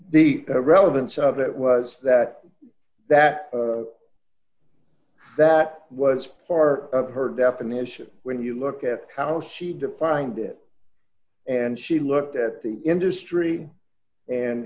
the relevance of that was that that that was part of her definition when you look at how she defined it and she looked at the industry